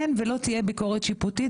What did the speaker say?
אין ולא תהיה ביקורת שיפוטית,